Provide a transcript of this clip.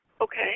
Okay